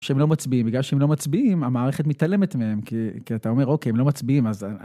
שהם לא מצביעים, בגלל שהם לא מצביעים, המערכת מתעלמת מהם, כי אתה אומר, אוקיי, הם לא מצביעים, אז...